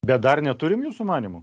bet dar neturim jūsų manymu